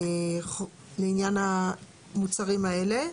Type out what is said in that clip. לעניין המוצרים האלה.